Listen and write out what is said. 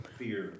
fear